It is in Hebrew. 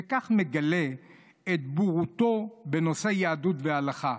ובכך מגלה את בורותו בנושא יהדות והלכה.